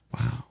Wow